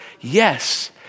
yes